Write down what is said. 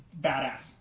badass